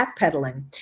backpedaling